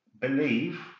believe